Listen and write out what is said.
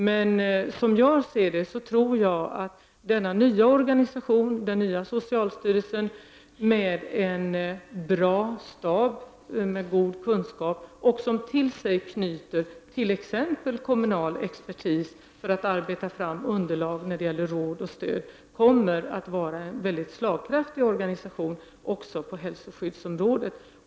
Men som jag bedömer det kommer den nya socialstyrelsen med en bra stab, som har goda kunskaper och som till sig knyter t.ex. kommunal exper ' tis för att arbeta fram underlag för råd och stöd, att vara en mycket slagkraftig organisation också på hälsoskyddsområdet.